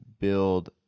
build